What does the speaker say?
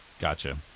Gotcha